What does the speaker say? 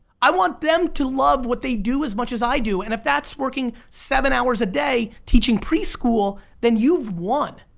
i want them to love what they do as much as i do and if that's working seven hours a day teaching preschool then you've won.